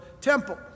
temple